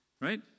Right